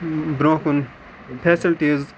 بروںٛہہ کُن فیسَلٹیٖز